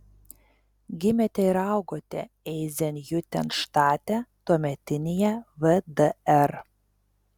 gimėte ir augote eizenhiutenštate tuometinėje vdr